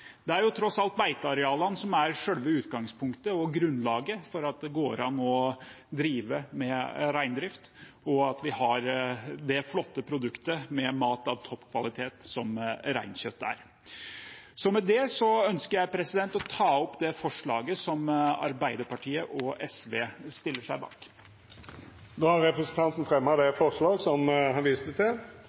Det er tross alt beitearealene som er selve utgangspunktet og grunnlaget for at det går an å drive med reindrift, og for at vi har det flotte produktet av toppkvalitet som reinsdyrkjøtt er. Med det ønsker jeg å ta opp det forslaget som Arbeiderpartiet og SV stiller seg bak. Då har representanten Nils Kristen Sandtrøen teke opp det forslaget han viste til.